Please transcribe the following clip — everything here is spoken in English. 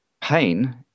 pain